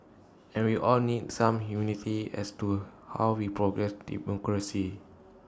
and we all need some humility as to how we progress democracy